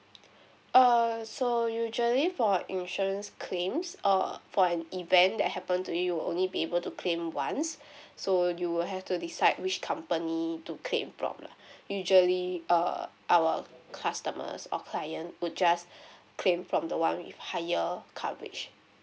err so usually for insurance claims err for an event that happened to you only be able to claim once so you will have to decide which company to claim from lah usually err our customers or client would just claim from the one with higher coverage